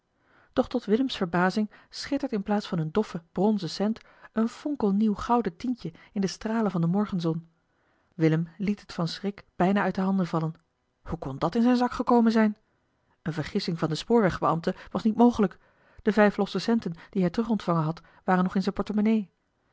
doch tot willems verbazing schittert in plaats van eene doffe bronzen cent een fonkelnieuw gouden tientje in de stralen van de morgenzon willem liet het van schrik bijna uit de handen vallen hoe kon dat in zijn zak gekomen zijn eene vergissing van den spoorwegbeambte was niet mogelijk de vijf losse centen die hij terugontvangen had waren nog in zijne portemonnaie